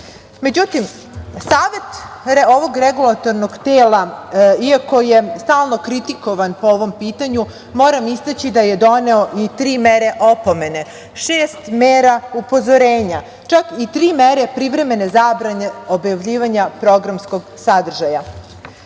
slično.Međutim, Savet ovog regulatornog tela, iako je stalno kritikovan po ovom pitanju, moram istaći da je doneo i tri mere opomene, šest mera upozorenja, čak i tri mere privremene zabrane objavljivanja programskog sadržaja.